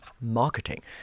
marketing